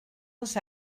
els